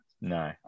no